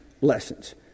lessons